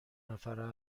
نفره